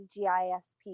GISP